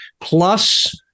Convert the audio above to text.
plus